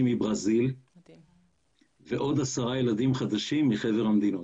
מברזיל ועוד 10 ילדים חדשים מחבר המדינות.